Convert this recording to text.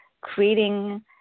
creating